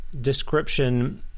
description